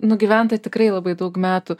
nugyventa tikrai labai daug metų